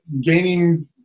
gaining